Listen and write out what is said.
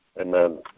Amen